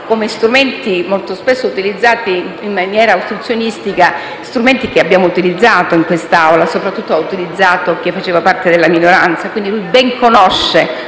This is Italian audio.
come strumenti molto spesso utilizzati in maniera ostruzionistica dispositivi che abbiamo utilizzato in quest'Aula - che soprattutto ha utilizzato chi faceva parte della minoranza - quindi che lui ben conosce,